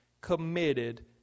committed